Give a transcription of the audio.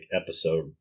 episode